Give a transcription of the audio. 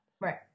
right